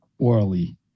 orally